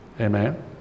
amen